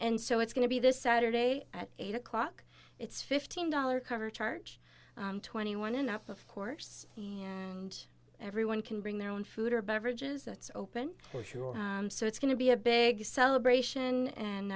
and so it's going to be this saturday at eight o'clock it's fifteen dollars cover charge twenty one enough of course everyone can bring their own food or beverages that's open for sure so it's going to be a big celebration